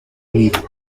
unido